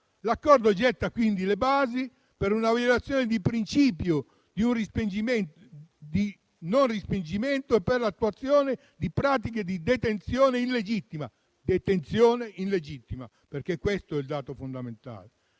L'accordo getta, quindi, le basi per una violazione del principio di non respingimento e per l'attuazione di pratiche di detenzione illegittima; detenzione illegittima, perché questo è il dato fondamentale.